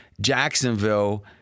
Jacksonville